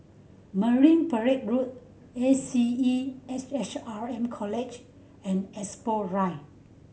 Marine Parade Road A C E S H R M College and Expo Drive